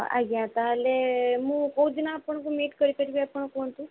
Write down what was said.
ଆଜ୍ଞା ତା'ହେଲେ ମୁଁ କେଉଁଦିନ ଆପଣଙ୍କୁ ମିଟ୍ କରିବି ଆପଣ କୁହନ୍ତୁ